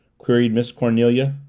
queried miss cornelia.